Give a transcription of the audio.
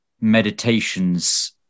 meditations